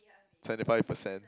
seventy five percent